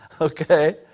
Okay